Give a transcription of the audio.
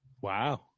Wow